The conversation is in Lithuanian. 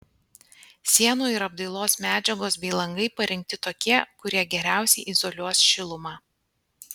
sienų ir apdailos medžiagos bei langai parinkti tokie kurie geriausiai izoliuos šilumą